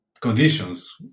conditions